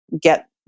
get